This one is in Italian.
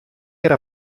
era